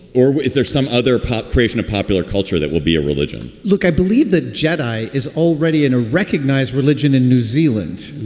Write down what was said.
or is there some other pop creation of popular culture that will be a religion? look, i believe the jedi is already in a recognized religion in new zealand.